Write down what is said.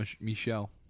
Michelle